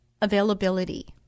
availability